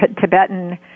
Tibetan